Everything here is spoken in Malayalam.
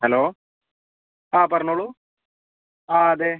ഹലോ ആ പറഞ്ഞോളൂ ആ അതെ